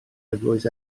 eglwys